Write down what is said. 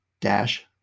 dash